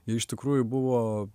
jie iš tikrųjų buvo